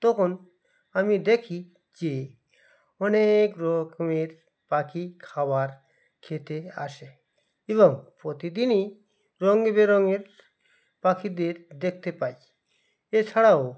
তখন আমি দেখি যে অনেক রকমের পাখি খাবার খেতে আসে এবং প্রতিদিনই রঙে বেরঙের পাখিদের দেখতে পাই এছাড়াও